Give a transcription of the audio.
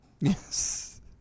Yes